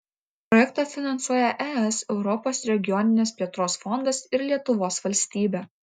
projektą finansuoja es europos regioninės plėtros fondas ir lietuvos valstybė